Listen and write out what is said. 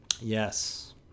Yes